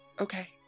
okay